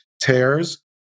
tears